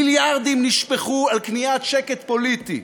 מיליארדים נשפכו על קניית שקט פוליטי,